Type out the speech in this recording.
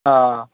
অ